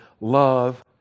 love